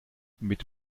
mit